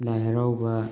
ꯂꯥꯏ ꯍꯔꯥꯎꯕ